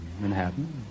Manhattan